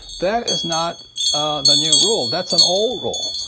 that is not the new rule. that's an old rule.